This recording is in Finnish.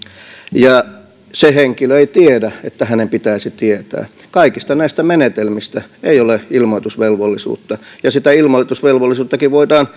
ja se henkilö ei tiedä että hänen pitäisi tietää kaikista näistä menetelmistä ei ole ilmoitusvelvollisuutta ja sitä ilmoitusvelvollisuuttakin voidaan